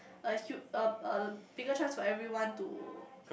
a huge a a bigger chance for everyone to